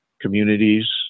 communities